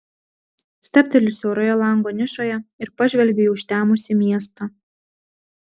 stabteliu siauroje lango nišoje ir pažvelgiu į užtemusį miestą